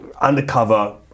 undercover